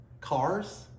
Cars